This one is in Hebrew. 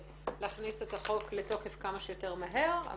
גם לא צריך להחמיר עם נותני שירותי תשלום יותר מאשר עם אחרים,